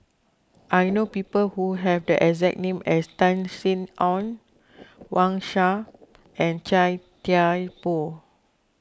I know people who have the exact name as Tan Sin Aun Wang Sha and Chia Thye Poh